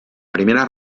primera